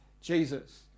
Jesus